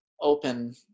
open